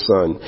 Son